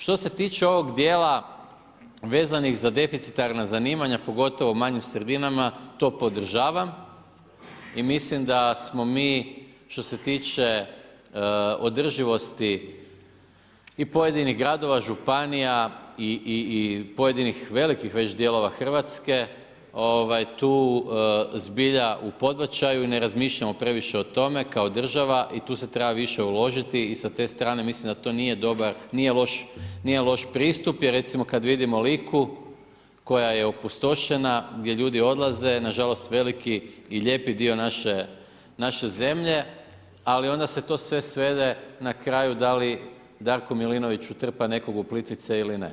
Što se tiče ovog dijela vezanih za deficitarna zanimanja, pogotovo u manjim sredinama, to podržavam i mislim da smo mi, što se tiče održivosti i pojedinih gradova, županija i pojedinih velikih već dijelova RH tu zbilja u podbačaju i ne razmišljamo previše o tome kao država i tu se treba više uložiti i sa te strane mislim da to nije loš pristup jer recimo, kad vidimo Liku koja je opustošena, gdje ljudi odlaze nažalost, veliki i lijepi dio naše zemlje, ali onda se to sve svede na kraju da li Darko Milinović utrpa nekog u Plitvice ili ne.